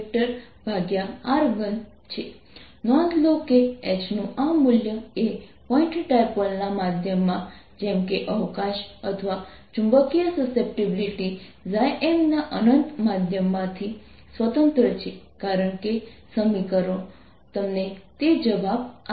rr mr3 નોંધ લો કે H નું આ મૂલ્ય એ પોઇન્ટ ડાયપોલ ના માધ્યમમાં જેમકે અવકાશ અથવા ચુંબકીય સસેપ્ટિબિલિટી M ના અનંત માધ્યમમાં થી સ્વતંત્ર છે કારણ કે સમીકરણો તમને તે જવાબ આપે છે